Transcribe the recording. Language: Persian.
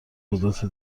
قدرت